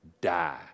die